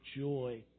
joy